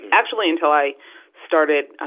actually, until i started, ah,